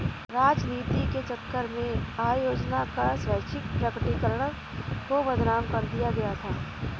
राजनीति के चक्कर में आय योजना का स्वैच्छिक प्रकटीकरण को बदनाम कर दिया गया था